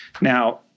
Now